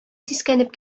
сискәнеп